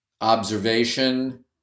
observation